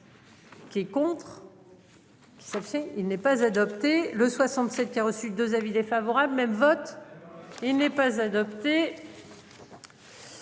Qui est contre. Sauf si il n'est pas adopté le 67 qui a reçu 2 avis défavorables même vote. Il n'est pas adopté.